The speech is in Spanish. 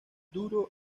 duro